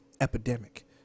epidemic